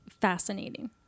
fascinating